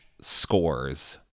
scores